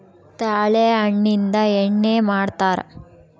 ತಾಳೆ ಹಣ್ಣಿಂದ ಎಣ್ಣೆ ಮಾಡ್ತರಾ